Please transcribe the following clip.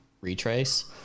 retrace